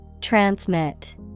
Transmit